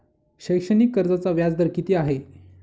शैक्षणिक कर्जाचा व्याजदर किती आहे?